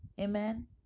Amen